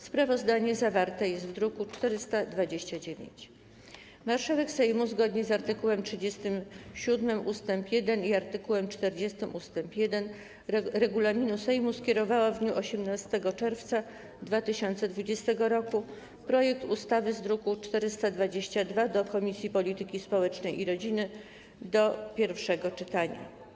Sprawozdanie zawarte jest w druku nr 429. Marszałek Sejmu, zgodnie z art. 37 ust. 1 i art. 40 ust. 1 regulaminu Sejmu, skierowała w dniu 18 czerwca 2020 r. projekt ustawy z druku nr 422 do Komisji Polityki Społecznej i Rodziny do pierwszego czytania.